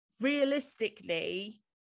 realistically